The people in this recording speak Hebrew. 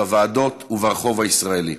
בוועדות וברחוב הישראלי.